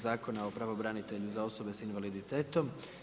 Zakona o pravobranitelju za osobe sa invaliditetom.